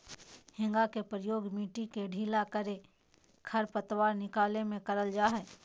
हेंगा के प्रयोग मिट्टी के ढीला करे, खरपतवार निकाले में करल जा हइ